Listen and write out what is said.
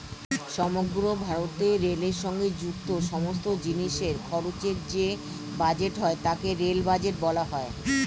সমগ্র ভারতে রেলের সঙ্গে যুক্ত সমস্ত জিনিসের খরচের যে বাজেট হয় তাকে রেল বাজেট বলা হয়